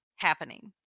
happening